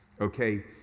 okay